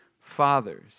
fathers